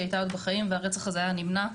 הייתה עוד בחיים והרצח הזה היה נמנע.